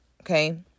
Okay